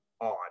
on